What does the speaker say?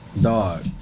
Dog